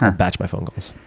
um batch my phone calls.